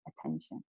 attention